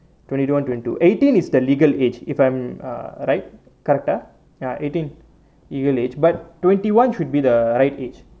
twenty one twenty two eighteen is the legal age if I'm uh right correct ah ya eighteen legal age but twenty one should be the right age